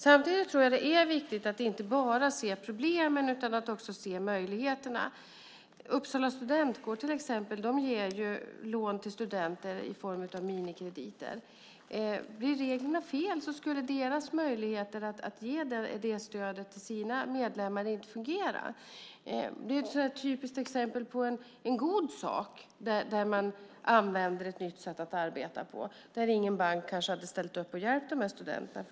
Samtidigt är det viktigt att inte bara se problem utan att också se möjligheterna. Uppsala studentkår ger lån till studenter i form av minikrediter. Blir reglerna fel skulle studentkårens möjligheter att ge det stödet till medlemmarna inte fungera. Det är ett typiskt exempel på en god sak där man använder ett nytt sätt att arbeta på där kanske ingen bank hade ställt upp på att hjälpa dessa studenter.